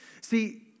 See